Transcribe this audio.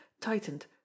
tightened